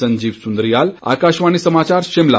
संजीव सुन्द्रियाल आकाशवाणी समाचार शिमला